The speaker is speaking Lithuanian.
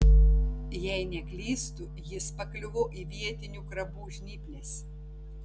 jei neklystu jis pakliuvo į vietinių krabų žnyples